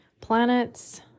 planets